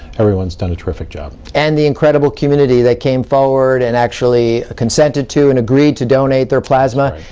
everyone's done a terrific job. and the incredible community that came forward and actually consented to and agreed to donate their plasma.